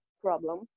problem